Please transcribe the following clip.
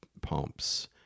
pumps